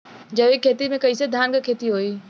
जैविक खेती से कईसे धान क खेती होई?